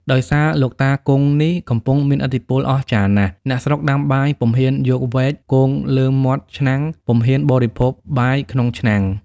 ដោយសារលោកតាគង់នេះ កំពុងមានឥទ្ធិពលអស្ចារ្យណាស់ អ្នកស្រុកដាំបាយពុំហ៊ានយកវែកគងលើមាត់ឆ្នាំង ពុំហ៊ានបរិភោគបាយក្នុងឆ្នាំង ។